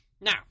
Now